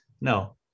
No